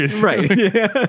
Right